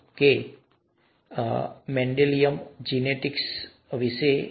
અને આના જેવું કંઈક તમે જાણો છો અમે મેન્ડેલિયન જિનેટિક્સ જોઈશું